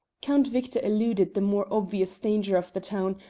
count victor eluded the more obvious danger of the town,